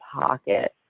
pocket